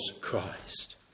Christ